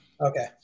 Okay